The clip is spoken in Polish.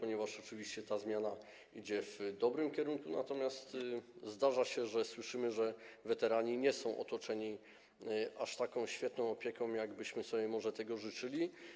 Oczywiście ta zmiana idzie w dobrym kierunku, natomiast zdarza się, jak słyszymy, że weterani nie są otoczeni taką świetną opieką, jakiej byśmy sobie życzyli.